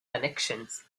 connections